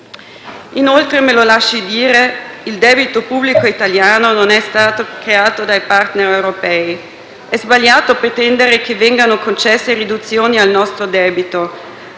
Inoltre - me lo lasci dire - il debito pubblico italiano non è stato creato dai *partner* europei. È sbagliato pretendere che vengano concesse riduzioni al nostro debito.